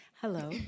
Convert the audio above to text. Hello